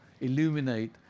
illuminate